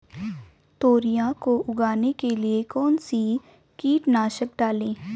तोरियां को उगाने के लिये कौन सी कीटनाशक डालें?